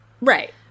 Right